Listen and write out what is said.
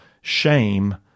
shame